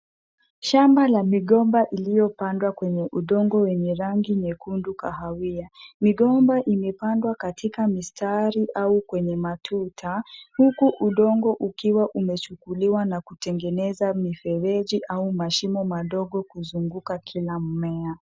Shamba la migomba iliyopandwa kwenye udongo wenye rangi nyekundu kahawia. Migomba imepandwa katika mistari au kwenye matuta, huku udongo ukiwa umechukuliwa na kutengeneza mifereji au mashimo madogo kuzunguka kila mmea.